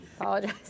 Apologize